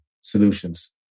solutions